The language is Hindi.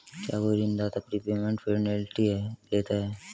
क्या कोई ऋणदाता प्रीपेमेंट पेनल्टी लेता है?